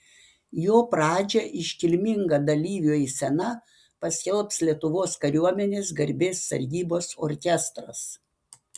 jo pradžią iškilminga dalyvių eisena paskelbs lietuvos kariuomenės garbės sargybos orkestras